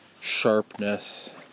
sharpness